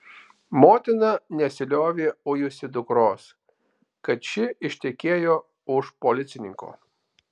motina nesiliovė ujusi dukros kad ši ištekėjo už policininko